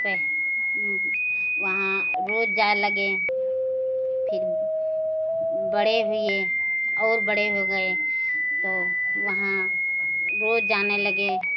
पर वहाँ रोज जाने लगे फिर बड़े हुए और बड़े हो गए तो वहाँ रोज जाने लगे